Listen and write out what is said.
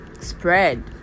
spread